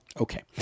Okay